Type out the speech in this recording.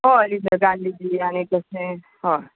हय आनी कशें हय